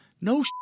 no